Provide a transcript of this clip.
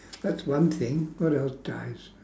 that's one thing what else dies